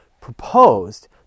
proposed